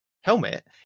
helmet